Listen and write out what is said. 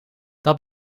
dat